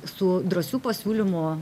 su drąsių pasiūlymų